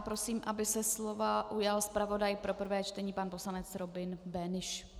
Prosím, aby se slova ujal zpravodaj pro prvé čtení pan poslanec Robin Böhnisch.